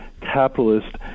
capitalist